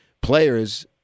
players